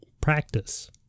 practice